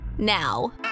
now